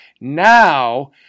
now